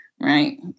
right